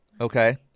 Okay